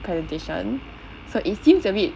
presentation so it seems a bit